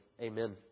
Amen